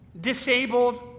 Disabled